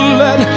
let